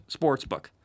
sportsbook